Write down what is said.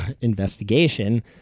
investigation